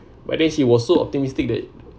but then she was so optimistic that